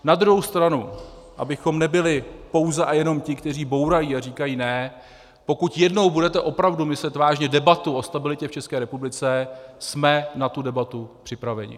Na druhou stranu abychom nebyli pouze a jenom ti, kteří bourají a říkají ne, pokud jednou budete opravdu myslet vážně debatu o stabilitě v České republice, jsme na tu debatu připraveni.